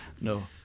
No